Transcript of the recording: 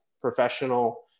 professional